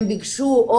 הם ביקשו,